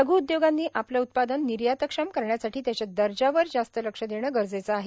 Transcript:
लघ् उदयोगांनी आपले उत्पादन निर्यातक्षम करण्यासाठी त्याच्या दर्जावर जास्त लक्ष देणे गरजेचे आहे